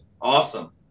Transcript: Awesome